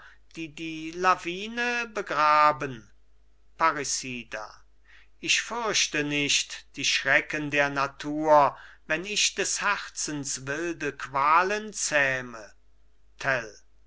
die die lawine begraben parricida ich fürchte nicht die schrecken der natur wenn ich des herzens wilde qualen zähme